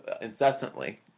incessantly